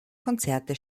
konzerte